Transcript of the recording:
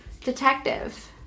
detective